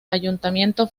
ayuntamiento